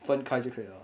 分开就可以了 lah